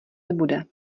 nebude